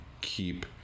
keep